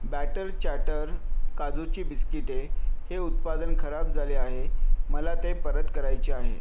batter chatter काजूची बिस्किटे हे उत्पादन खराब झाले आहे मला ते परत करायचे आहे